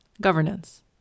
governance